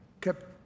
kept